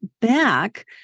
back